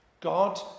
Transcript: God